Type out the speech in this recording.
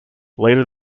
later